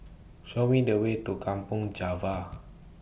Show Me The Way to Kampong Java